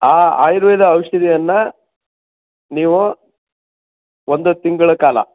ಆ ಆಯುರ್ವೇದ ಔಷಧಿಯನ್ನು ನೀವು ಒಂದು ತಿಂಗಳ ಕಾಲ